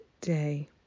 day